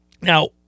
Now